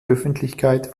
öffentlichkeit